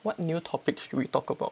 what what new topics should we talk about